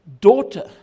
daughter